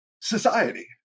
society